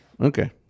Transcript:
okay